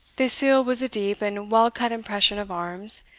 the seal was a deep and well-cut impression of arms,